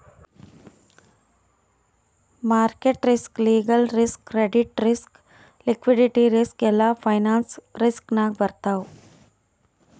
market risk, legal risk, credit risk, liquidity risk ಎಲ್ಲಾ finance risk ನಾಗೆ ಬರ್ತಾವ್